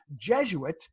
Jesuit